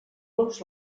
los